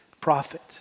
prophet